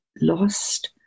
lost